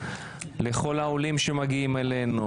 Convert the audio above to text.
לכל העולים שמגיעים אלינו